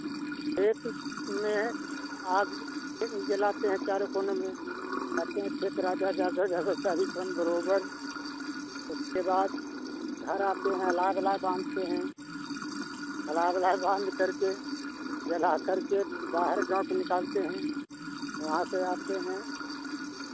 खेत में आग जलाते हैं चारों कोनों में कहते हैं खेत राजा जागो जागो चारी कोन बरोबर उसके बाद घर आते हैं अलाय बलाय बाँधते हैं अलाय बलाय बाँधकर के जलाकर के बाहर गाँव के निकालते हैं वहाँ से आते हैं